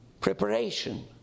preparation